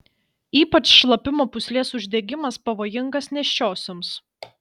ypač šlapimo pūslės uždegimas pavojingas nėščiosioms